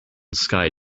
sky